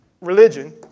religion